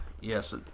Yes